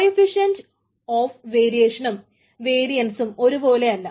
coefficient of വേരിയെൻഷനും വേരിയെൻസും ഒന്നുപൊലെ അല്ല